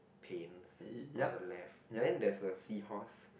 panes on the left then there's a seahorse